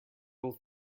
will